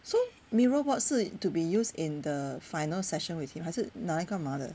so miro robot 是 to be used in the final session with him 还是拿来干嘛的